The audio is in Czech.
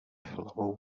hlavou